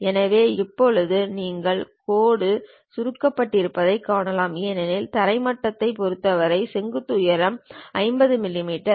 எனவே இப்போது நீங்கள் கோடு சுருக்கப்பட்டிருப்பதைக் காண்கிறீர்கள் ஏனெனில் தரை மட்டத்தைப் பொறுத்தவரை செங்குத்து உயரம் 50 மில்லிமீட்டர்